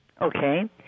Okay